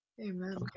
Amen